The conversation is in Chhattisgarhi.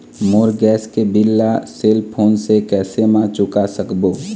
मोर गैस के बिल ला सेल फोन से कैसे म चुका सकबो?